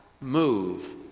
move